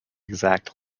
exact